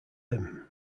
him